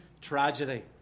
tragedy